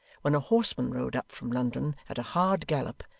when a horseman rode up from london at a hard gallop,